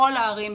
בכל הערים,